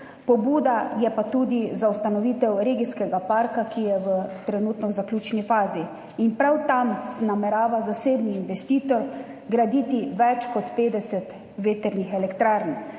pobuda za ustanovitev regijskega parka, ki je trenutno v zaključni fazi. In prav tam namerava zasebni investitor graditi več kot 50 vetrnih elektrarn,